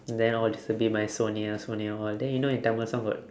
then all these will be my sonia sonia all then you know in Tamil song got